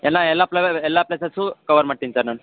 ಎಲ್ಲ ಎಲ್ಲ ಪ್ಲೇ ಎಲ್ಲ ಪ್ಲೇಸಸ್ಸು ಕವರ್ ಮಾಡ್ತಿನಿ ಸರ್ ನಾನು